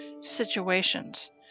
situations